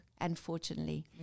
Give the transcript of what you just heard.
unfortunately